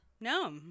No